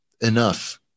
enough